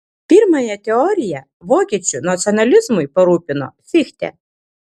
pirmąją teoriją vokiečių nacionalizmui parūpino fichte